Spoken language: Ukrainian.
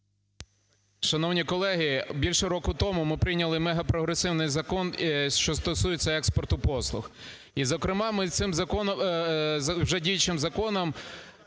Шановні колеги, більше року тому ми прийняли мегапрогресивний закон, що стосується експорту послуг. І, зокрема, ми цим вже діючим законом